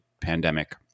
pandemic